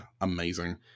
amazing